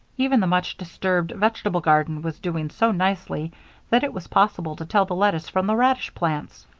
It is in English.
even the much-disturbed vegetable garden was doing so nicely that it was possible to tell the lettuce from the radish plants.